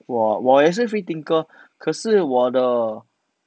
我我也是 free thinker 可是我的